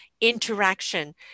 interaction